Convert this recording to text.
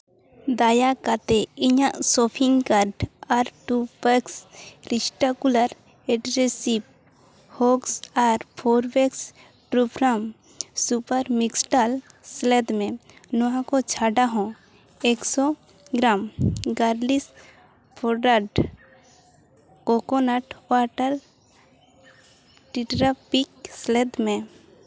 ᱫᱟᱭᱟ ᱠᱟᱛᱮᱫ ᱤᱧᱟᱹᱜ ᱥᱚᱯᱤᱝ ᱠᱟᱨᱰ ᱟᱨ ᱴᱩ ᱯᱮᱠᱥ ᱨᱤᱥᱴᱟᱠᱩᱞᱟᱨ ᱮᱰᱨᱮᱥᱤᱯ ᱯᱷᱳᱠᱥ ᱟᱨ ᱯᱷᱳᱨ ᱵᱷᱮᱠᱥ ᱯᱨᱳᱜᱨᱟᱢ ᱥᱩᱯᱟᱨ ᱢᱤᱠᱥᱰᱟᱞ ᱥᱮᱞᱮᱫ ᱢᱮ ᱱᱚᱣᱟ ᱠᱚ ᱪᱷᱟᱰᱟ ᱦᱚᱸ ᱮᱠᱥᱚ gram garlics product coconut water Tetra Pak ᱥᱮᱞᱮᱫ ᱢᱮ